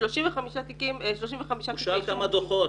ב-35 תיקים --- הוא שאל כמה דוחות,